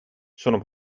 sono